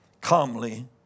calmly